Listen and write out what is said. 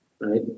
right